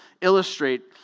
illustrate